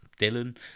Dylan